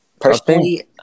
Personally